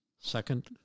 Second